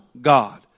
God